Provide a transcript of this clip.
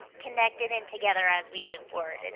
connected and together as we move forward. and